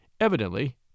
evidently